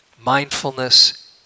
Mindfulness